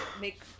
make